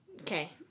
okay